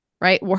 right